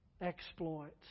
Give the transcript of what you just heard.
exploits